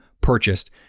purchased